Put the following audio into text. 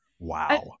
Wow